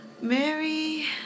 Mary